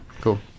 Cool